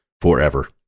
forever